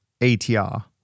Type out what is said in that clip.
ATR